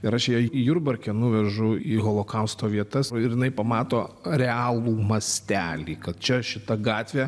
ir aš ją jurbarke nuvežu į holokausto vietas o jinai pamato realų mastelį kad čia šita gatvė